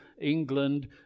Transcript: England